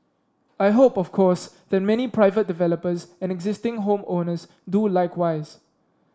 I hope of course that many private developers and existing home owners do likewise